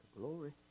Glory